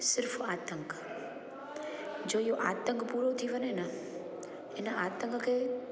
सिर्फ़ु आतंक जो इहो आतंक पूरो थी वञे न हिन आतंक खे